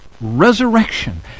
resurrection